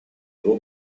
его